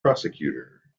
prosecutor